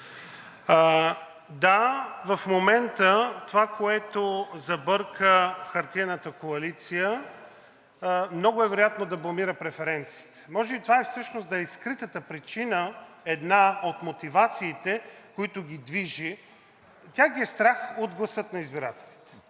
Да, в момента това, което забърка хартиената коалиция, много е вероятно да бламира преференциите. Може и това да е скритата причина, една от мотивациите, които ги движи. Тях ги е страх от гласа на избирателите,